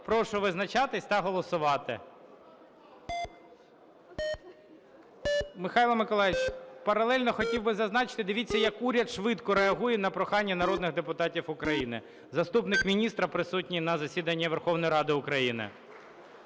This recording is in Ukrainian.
Прошу визначатися та голосувати. Михайло Миколайович, паралельно хотів би зазначити, дивіться, як уряд швидко реагує на прохання народних депутатів України – заступник міністра присутній на засіданні Верховної Ради України.